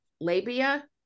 labia